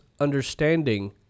understanding